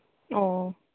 ꯑꯣ